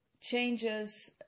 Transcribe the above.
changes